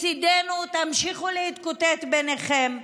מצידנו שתמשיכו להתקוטט ביניכם,